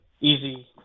easy